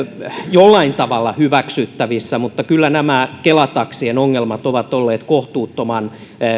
jollain tavalla hyväksyttävissä mutta kyllä nämä kela taksien ongelmat ovat olleet kohtuuttoman